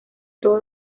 todos